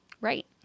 Right